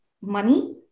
money